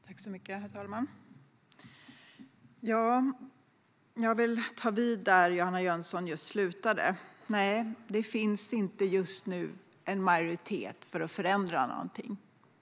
Herr talman! Jag vill ta vid där Johanna Jönsson just slutade. Nej, just nu finns det inte en majoritet för att förändra någonting.